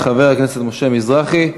חבר הכנסת משה מזרחי,